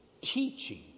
teaching